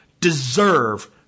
deserve